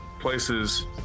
places